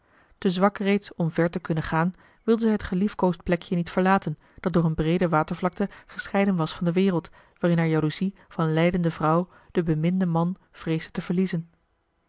te zwak reeds om ver te kunnen gaan wilde zij het geliefkoosd plekje niet verlaten dat door een breede watervlakte gescheiden was van de wereld waarin haar jaloezie van lijdende vrouw den beminden man vreesde te verliezen